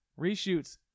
reshoots